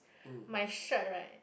my shirt right